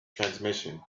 transmission